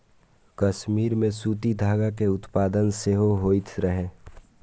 कश्मीर मे सूती धागा के उत्पादन सेहो होइत रहै